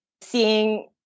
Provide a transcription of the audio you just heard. seeing